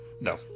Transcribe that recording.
No